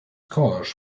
cars